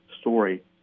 story